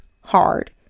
hard